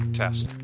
test,